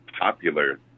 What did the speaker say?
popular